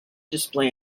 display